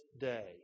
day